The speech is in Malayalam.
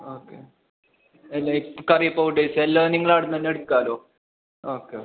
ഓക്കെ അല്ല ഈ കറി പൗഡേഴ്സെല്ലാം നിങ്ങൾ അവിടുന്നന്നെ എടുക്കാലോ ഓക്കെ